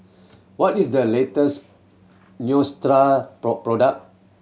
what is the latest Neostrata product